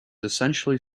essentially